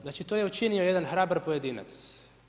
Znači to je učinio jedan hrabar pojedinac.